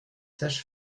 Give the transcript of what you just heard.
sages